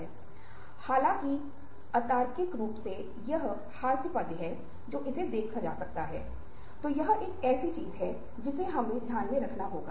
तो यह वास्तव में एक दिलचस्प कौशल है और अगर हमारे पास यह विशेष कौशल है तो यह कुछ चीजों के लिए बातचीत करने का काम करता है